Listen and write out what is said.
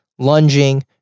lunging